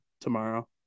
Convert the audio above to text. tomorrow